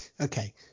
Okay